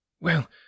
Well